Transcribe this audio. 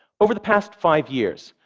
over the past five years,